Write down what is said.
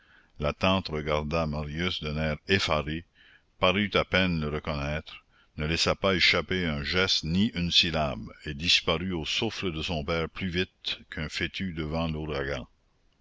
la tante regarda marius d'un air effaré parut à peine le reconnaître ne laissa pas échapper un geste ni une syllabe et disparut au souffle de son père plus vite qu'un fétu devant l'ouragan